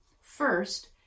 First